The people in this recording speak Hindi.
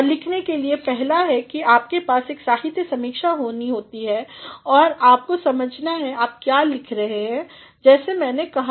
और लिखने के लिए पहला है कि आपके पास एक साहित्य समीक्षा होनी है और आपको समझना है आप क्यों लिख रहे हैं जैसा मैने कहा